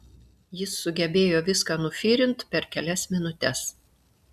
jis sugebėjo viską nufyrint per kelias minutes